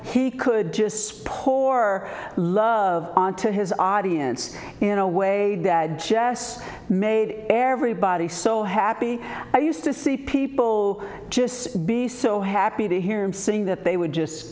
he could just poor love to his audience in a way that jess made everybody so happy i used to see people just be so happy to hear him sing that they would just